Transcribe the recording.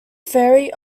ferry